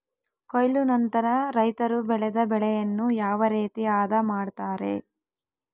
ಕೊಯ್ಲು ನಂತರ ರೈತರು ಬೆಳೆದ ಬೆಳೆಯನ್ನು ಯಾವ ರೇತಿ ಆದ ಮಾಡ್ತಾರೆ?